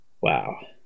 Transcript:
Wow